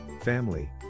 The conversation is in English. family